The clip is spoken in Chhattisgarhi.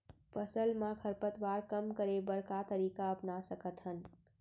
फसल मा खरपतवार कम करे बर का तरीका अपना सकत हन?